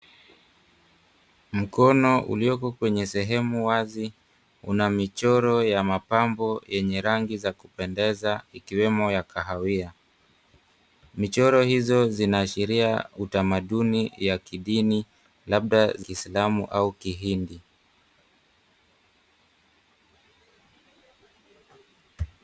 Mkono ulioko kwenye sehemu wazi una michoro ya mapambo yenye rangi za kupendeza ikiwemo ya kahawia. Michoro hizo zinaashiria utamaduni ya kidini labda Kiislamu au kihindi.